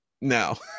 No